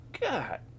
God